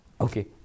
Okay